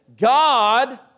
God